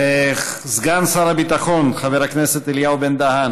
סגן שר הביטחון חבר הכנסת אליהו בן דהן